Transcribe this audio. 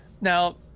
now